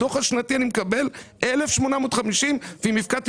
בדוח השנתי אני מקבל 1,850 ואם הפקדתי